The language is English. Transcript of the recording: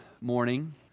morning